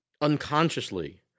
unconsciously –